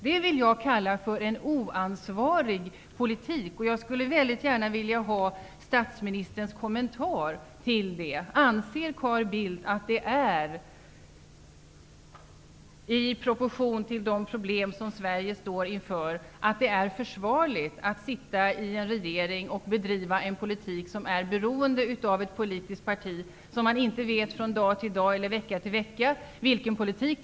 Det vill jag kalla en oansvarig politik. Jag skulle gärna vilja få statsministerns kommentar till detta. Anser Carl Bildt att det är försvarligt med tanke på de problem som Sverige står inför att sitta i en regering och bedriva en politik som är beroende av ett politiskt parti vars politik skiftar från dag till dag eller från vecka till vecka?